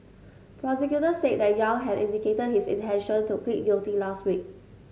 prosecutors said that Yang had indicated his intention to plead guilty last week